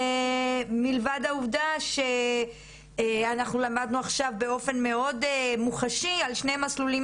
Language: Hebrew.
מלבד העובדה שאנחנו למדנו עכשיו באופן מאוד מוחשי על שני מסלולים